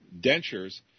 dentures